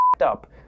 up